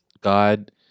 god